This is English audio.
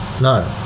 No